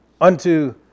unto